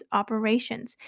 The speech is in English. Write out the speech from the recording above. operations